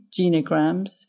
genograms